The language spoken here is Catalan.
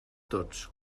tots